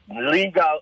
legal